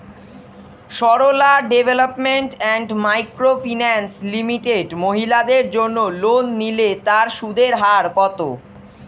Sarala development and micro finance limited মহিলাদের জন্য loan নিলে তার সুদের হার কত?